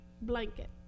blanket